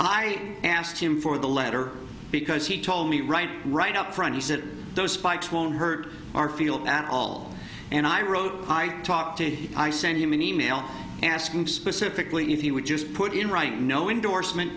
i asked him for the letter because he told me right right up front he said those spikes won't hurt our field at all and i wrote i talked to him i sent him an email asking specifically if he would just put in writing no indorsement